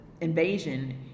invasion